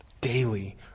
Daily